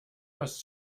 was